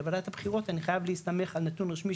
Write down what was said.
כוועדת הבחירות אני חייב להסתמך על נתון רשמי,